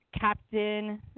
captain